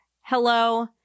Hello